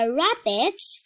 rabbits